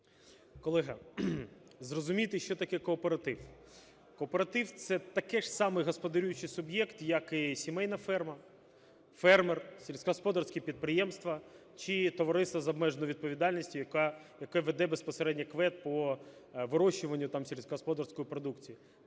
Колего, зрозумійте, що таке кооператив. Кооператив – це такий ж самий господарюючий суб'єкт, як і сімейна ферма, фермер, сільськогосподарські підприємства чи товариство з обмеженою відповідальністю, яке веде безпосередньо КВЕД по вирощуванню там сільськогосподарської продукції.